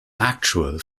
actual